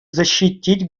защитить